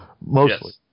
mostly